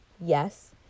yes